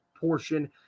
portion